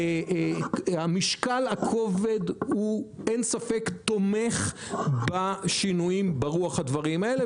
משקל הכובד ללא ספק תומך בשינויים ברוח הדברים האלה,